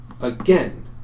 again